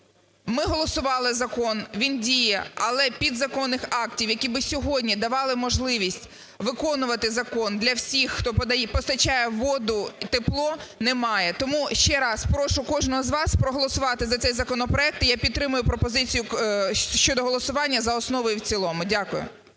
Ми голосували закон, він діє, але підзаконних актів, які би сьогодні давали можливість виконувати закон для всіх, хто постачає воду і тепло, немає. Тому ще раз прошу кожного з вас проголосувати за цей законопроект. Я підтримую пропозицію щодо голосування за основу і в цілому. Дякую.